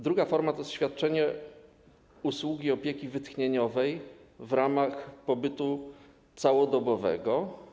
Druga forma to świadczenie usługi opieki wytchnieniowej w ramach pobytu całodobowego.